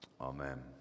Amen